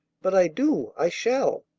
but i do. i shall.